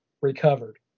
recovered